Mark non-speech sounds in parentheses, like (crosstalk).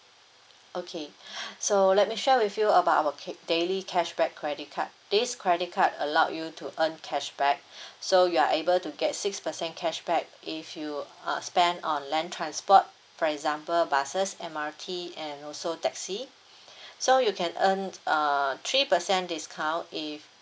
okay (breath) so let me share with you about our ca~ daily cashback credit card this credit card allowed you to earn cashback (breath) so you are able to get six percent cashback if you uh spend on land transport for example buses M_R_T and also taxi (breath) so you can earn err three percent discount if